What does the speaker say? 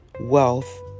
wealth